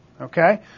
Okay